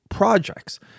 projects